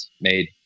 made